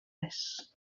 res